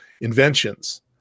inventions